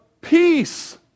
Peace